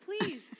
please